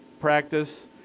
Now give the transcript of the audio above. practice